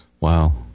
Wow